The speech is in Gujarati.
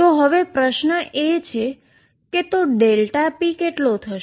તો હવે પ્રશ્ન એ છે કે p કેટલો થશે